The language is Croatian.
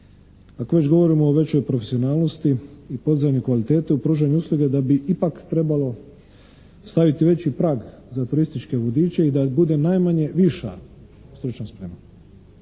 ako već govorimo o većoj profesionalnosti i podizanju kvalitete u pružanju usluge da bi ipak trebalo staviti veći prag za turističke vodiče i da bude najmanje viša stručna sprema.